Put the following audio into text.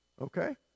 Okay